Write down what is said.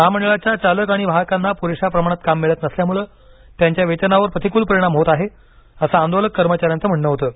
महामंडळाच्या चालक आणि वाहकांना पुरेशा प्रमाणात काम मिळत नसल्यामुळे त्यांच्या वेतनावर प्रतिकूल परिणाम होत आहे असं आंदोलक कर्मचाऱ्यांचं म्हणणं होतं